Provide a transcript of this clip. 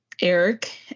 eric